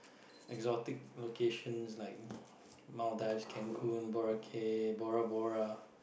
exotic locations like Maldives cancun Boracay Bora Bora